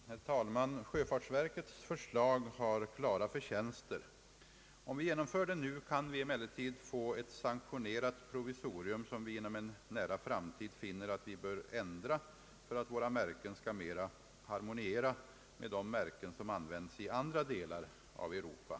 Herr talman! Sjöfartsverkets förslag har klara förtjänster. Om vi genomför det nu, kan vi emellertid få ett sanktionerat provisorium, som vi inom en nära framtid finner att vi bör ändra för att våra märken mera skall harmoniera med de märken som används i andra delar av Europa.